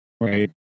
right